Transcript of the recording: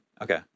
Okay